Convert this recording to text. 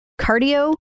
cardio